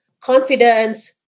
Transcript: confidence